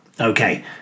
Okay